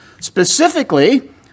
Specifically